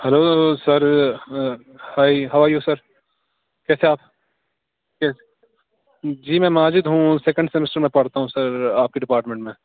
hello sir hi how are you sir کیسے ہیں آپ جی میں ماجد ہوں وہ سیکنڈ سمسٹر میں پڑھتا ہوں سر آپ کے ڈپارٹمنٹ میں